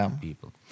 people